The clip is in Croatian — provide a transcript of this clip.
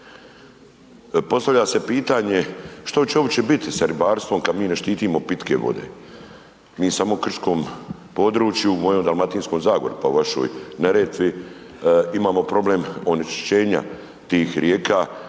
postavlja se pitanje što će uopće biti sa ribarstvom kad mi ne štitimo pitke vode? Mi samo u krškom području, u mojoj Dalmatinskoj zagori, pa u vašoj Neretvi, imamo problem onečišćenja tih rijeka